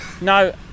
no